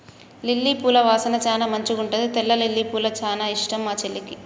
lily పూల వాసన చానా మంచిగుంటది తెల్ల లిల్లీపూలు చానా ఇష్టం మా చెల్లికి